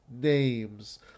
names